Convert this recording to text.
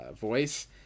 voice